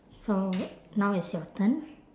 so now it's your turn